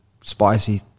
spicy